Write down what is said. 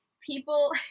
people